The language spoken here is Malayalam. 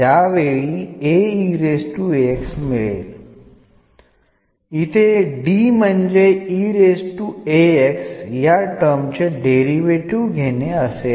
കാരണം എന്നാൽ ൻറെ ഡെറിവേറ്റീവ് എന്നാണ് അർത്ഥം